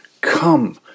come